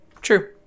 True